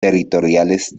territoriales